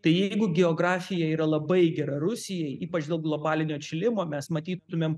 tai jeigu geografija yra labai gera rusijai ypač dėl globalinio atšilimo mes matytumėm